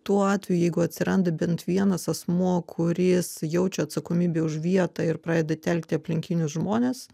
tuo atveju jeigu atsiranda bent vienas asmuo kuris jaučia atsakomybę už vietą ir pradeda telkti aplinkinius žmones